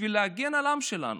בשביל להגן על העם שלנו?